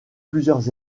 plusieurs